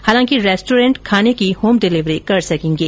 हालांकि रेस्टोरेन्ट खाने की होम डिलेवरी कर सकेंगे